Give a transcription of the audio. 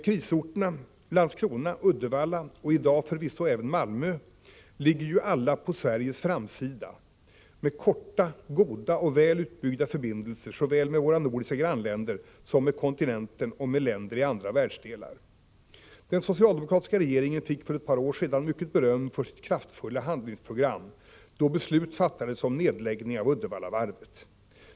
Krisorterna Landskrona, Uddevalla och i dag förvisso även Malmö ligger ju alla ”på Sveriges framsida”, med korta, goda och väl utbyggda förbindelser såväl med våra nordiska grannländer som med kontinenten och med länder i andra världsdelar. Den socialdemokratiska regeringen fick för ett par år sedan mycket beröm för sitt kraftfulla handlingsprogram då beslut fattades om nedläggning av Uddevallavarvet.